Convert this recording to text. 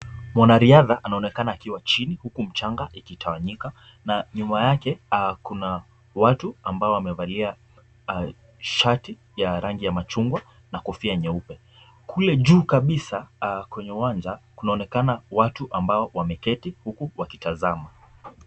Mwanariadha anaonekana akiwa chini, huku mchanga ukitawanyika na nyuma yake kuna watu ambao wamevalia shati ya rangi ya machungwa na kofia nyeupe, kule juu kabisa kwenye uwanja kunaonekana watu ambao wameketi huku wakitazama.